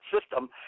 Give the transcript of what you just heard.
system